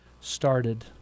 started